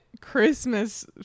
Christmas